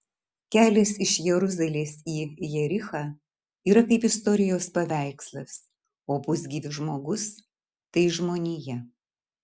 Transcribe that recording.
kelias iš jeruzalės į jerichą yra kaip istorijos paveikslas o pusgyvis žmogus tai žmonija